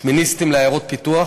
שמיניסטים לעיירות פיתוח.